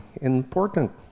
important